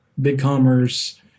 BigCommerce